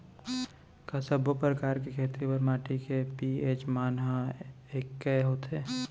का सब्बो प्रकार के खेती बर माटी के पी.एच मान ह एकै होथे?